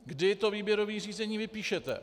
Kdy to výběrové řízení vypíšete.